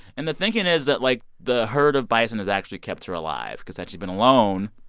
and the thinking is that, like, the herd of bison has actually kept her alive because had she been alone,